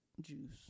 juice